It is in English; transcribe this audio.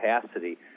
capacity